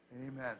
Amen